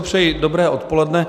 Přeji dobré odpoledne.